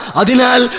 adinal